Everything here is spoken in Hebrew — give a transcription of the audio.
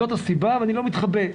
זו הסיבה ואני לא מתחבא,